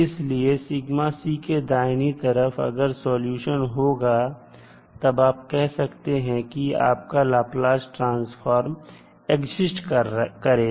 इसलिए के दाहिने तरफ अगर सॉल्यूशन होगा तब आप कह सकते हैं कि आपका लाप्लास ट्रांसफॉर्म एक्जिस्ट करेगा